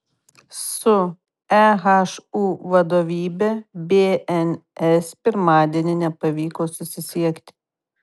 su ehu vadovybe bns pirmadienį nepavyko susisiekti